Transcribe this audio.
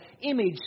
image